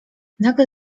nagle